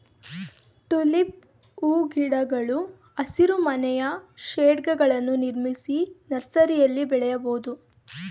tulip ಹೂಗಿಡಗಳು ಹಸಿರುಮನೆಯ ಶೇಡ್ಗಳನ್ನು ನಿರ್ಮಿಸಿ ನರ್ಸರಿಯಲ್ಲಿ ಬೆಳೆಯಬೋದು